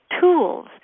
tools